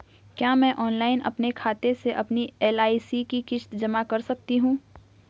क्या मैं ऑनलाइन अपने खाते से अपनी एल.आई.सी की किश्त जमा कर सकती हूँ?